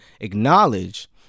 acknowledge